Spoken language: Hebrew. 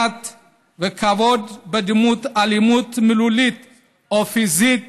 וכבוד בדמות אלימות מילולית או פיזית